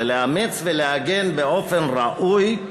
זה לאמץ ולעגן באופן ראוי,